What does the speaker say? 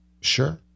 Sure